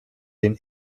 den